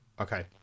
okay